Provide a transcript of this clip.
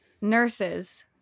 nurses